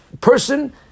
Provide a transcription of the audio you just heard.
person